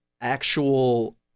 actual